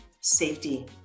safety